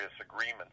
agreements